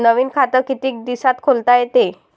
नवीन खात कितीक दिसात खोलता येते?